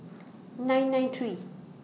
nine nine three